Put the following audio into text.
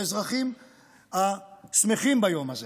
לאזרחים השמחים ביום הזה